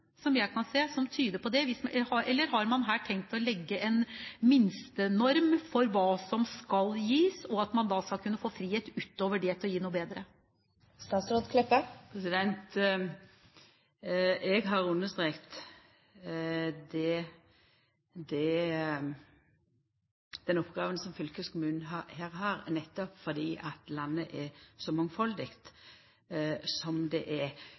som jeg kan se som tyder på det. Eller har man her tenkt å legge en minstenorm for hva som skal gis, og at man da skal kunne få frihet utover det til å gi noe bedre? Eg har understreka den oppgåva som fylkeskommunen her har, nettopp fordi landet er så mangfaldig som det er.